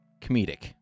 comedic